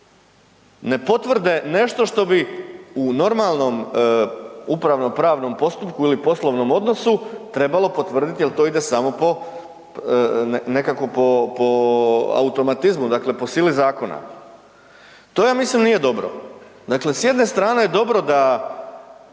ne potvrde nešto što bi u normalnom upravno pravnom postupku ili poslovnom odnosu, trebalo potvrditi jer to ide samo po, nekako po automatizmu, dakle po sili zakona. To, ja mislim, nije dobro. Dakle s jedne strane je dobro da